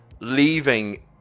leaving